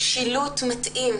שילוט מתאים,